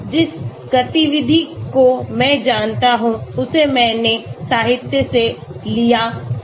जिस गतिविधि को मैं जानता हूं उसे मैंने साहित्य से लिया है